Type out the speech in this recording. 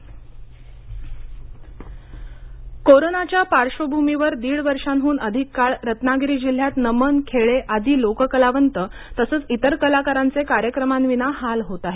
रत्नागिरी लोककलाकार कोरोनाच्या पार्श्वभूमीवर दीड वर्षाहन अधिक काळ रत्नागिरी जिल्ह्यात नमन खेळे आदी लोककलावत तसंच इतर कलाकारांचे कार्यक्रमांविना हाल होत आहेत